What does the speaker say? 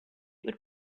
would